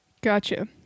Gotcha